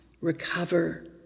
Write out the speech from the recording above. recover